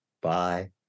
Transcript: Bye